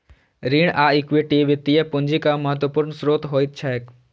ऋण आ इक्विटी वित्तीय पूंजीक महत्वपूर्ण स्रोत होइत छैक